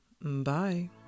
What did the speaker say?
bye